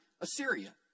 Assyria